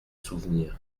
souvenirs